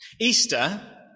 Easter